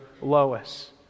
Lois